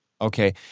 Okay